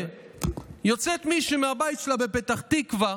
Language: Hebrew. כשיוצאת מישהי מהבית שלה בפתח תקווה